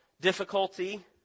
difficulty